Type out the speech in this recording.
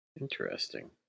Interesting